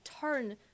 turn